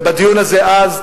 ובדיון הזה אז,